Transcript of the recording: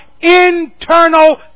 internal